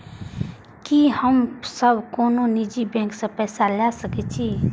की हम सब कोनो निजी बैंक से पैसा ले सके छी?